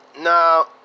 no